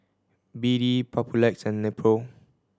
B D Papulex and Nepro